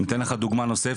אני אתן לך דוגמא נוספת,